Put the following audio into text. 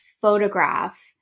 photograph